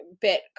bit